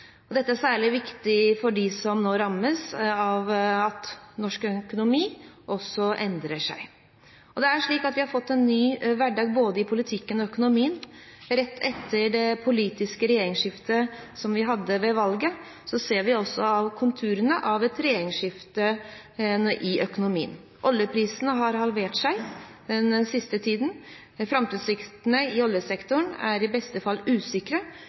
generasjoner. Dette er særlig viktig for dem som nå rammes av at norsk økonomi endrer seg. Vi har fått en ny hverdag både i politikken og i økonomien. Rett etter det politiske regjeringsskiftet som vi hadde ved valget, ser vi også konturene av et regjeringsskifte i økonomien. Oljeprisene er halvert den siste tiden. Framtidsutsiktene i oljesektoren er i beste fall usikre.